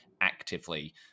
actively